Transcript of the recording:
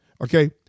Okay